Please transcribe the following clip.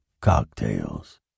cocktails